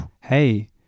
Hey